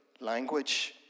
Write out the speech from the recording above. language